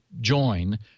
join